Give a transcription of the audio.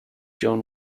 john